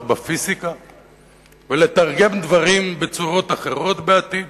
בפיזיקה ולתרגם דברים בצורות אחרות בעתיד,